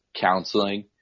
counseling